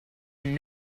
and